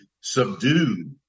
subdue